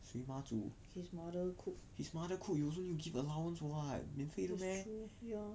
谁妈煮 his mother cook you also need to give allowance [what] 免费的 meh